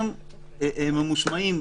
הם ממושמעים.